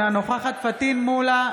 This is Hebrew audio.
אינה נוכחת פטין מולא,